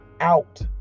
out